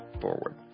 forward